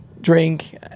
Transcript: drink